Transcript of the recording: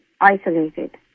isolated